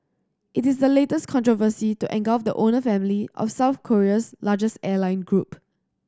it is the latest controversy to engulf the owner family of South Korea's largest airline group